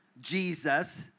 Jesus